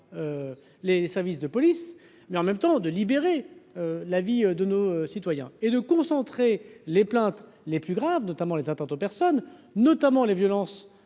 Les services de police, mais en même temps, de libérer la vie de nos citoyens. Et de concentrer les plaintes les plus graves, notamment les atteintes aux personnes notamment les violences